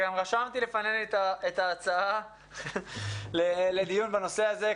רשמתי בפני את ההצעה לקיים דיון בנושא הזה.